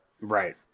right